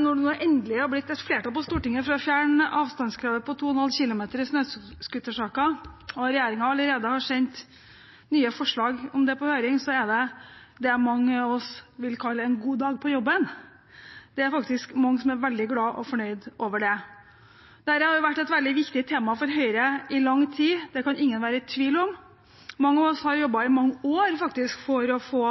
Når det nå endelig har blitt flertall på Stortinget for å fjerne avstandskravet på 2,5 km i snøscootersaker, og regjeringen allerede har sendt nye forslag om det på høring, er dette det mange av oss som vil kalle en god dag på jobben. Det er faktisk mange som er veldig glad for og fornøyd med det. Dette har vært et veldig viktig tema for Høyre i lang tid, det kan ingen være i tvil om. Mange av oss har faktisk jobbet i mange år for å få